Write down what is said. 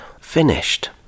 finished